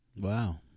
Wow